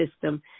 system